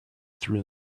through